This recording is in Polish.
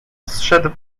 zszedł